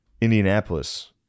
Indianapolis